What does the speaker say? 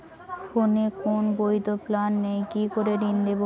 ফোনে কোন বৈধ প্ল্যান নেই কি করে ঋণ নেব?